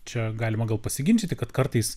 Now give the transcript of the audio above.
čia galima gal pasiginčyti kad kartais